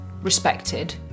respected